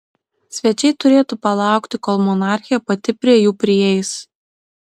svečiai turėtų palaukti kol monarchė pati prie jų prieis